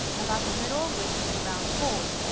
about the middle of which is a round hole.